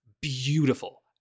Beautiful